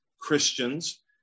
Christians